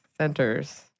centers